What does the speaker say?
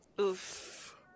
Oof